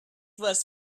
was